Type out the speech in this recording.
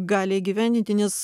gali įgyvendinti nes